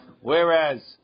Whereas